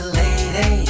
lady